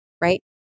Right